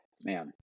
Man